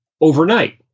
overnight